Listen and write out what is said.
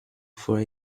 for